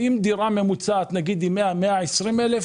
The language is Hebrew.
אם דירה ממוצעת היא 120-100 אלף